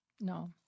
No